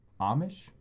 Amish